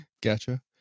Gotcha